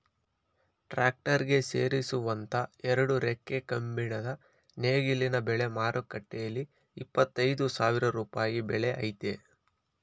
tractor ಗೆ ಸೇರಿಸುವಂತ ಎರಡು ರೆಕ್ಕೆ ಕಬ್ಬಿಣದ ನೇಗಿಲಿನ ಬೆಲೆ ಮಾರುಕಟ್ಟೆಲಿ ಇಪ್ಪತ್ತ ಐದು ಸಾವಿರ ರೂಪಾಯಿ ಬೆಲೆ ಆಯ್ತೆ